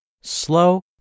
slow